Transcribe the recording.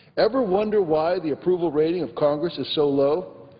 ever wonder why the approval rating of congress is so low?